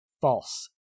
false